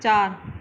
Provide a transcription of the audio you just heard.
चारि